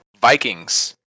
Vikings